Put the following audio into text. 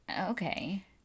okay